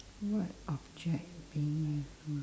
what object being useful